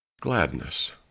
Gladness